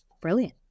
Brilliant